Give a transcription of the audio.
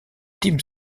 team